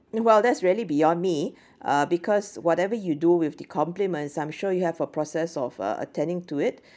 !wow! that's really beyond me uh because whatever you do with the compliments I'm sure you have a process of uh attending to it